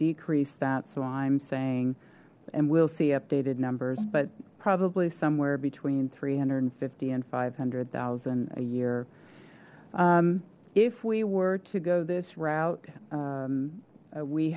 decrease that so i'm saying and we'll see updated numbers but probably somewhere between three hundred and fifty and five hundred thousand a year if we were to go this route